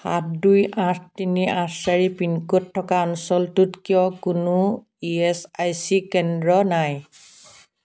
সাত দুই আঠ তিনি আঠ চাৰি পিনক'ড থকা অঞ্চলটোত কিয় কোনো ই এছ আই চি কেন্দ্র নাই